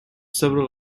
several